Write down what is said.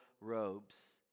robes